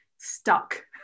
stuck